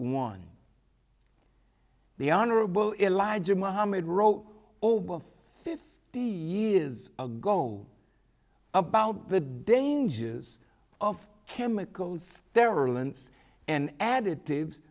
one the honorable elijah muhammad row over fifty years ago about the dangers of chemicals there are limits and additives